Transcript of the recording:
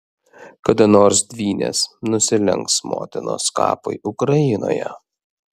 kada nors dvynės nusilenks motinos kapui ukrainoje